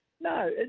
No